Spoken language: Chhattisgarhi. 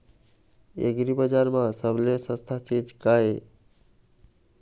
एग्रीबजार म सबले सस्ता चीज का ये?